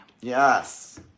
Yes